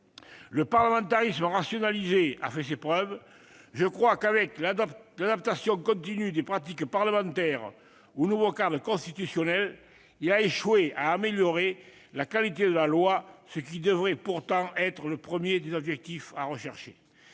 le parlementarisme rationalisé a fait ses preuves, je crois que, avec l'adaptation continue des pratiques parlementaires au nouveau cadre constitutionnel, il a échoué à améliorer la qualité de la loi, ce qui devrait pourtant être le premier des objectifs à rechercher.